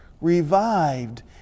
revived